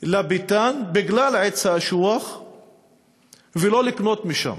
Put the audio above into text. לביתן בגלל עץ האשוח ולא לקנות שם.